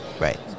right